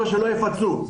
לא יפצה.